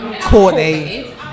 courtney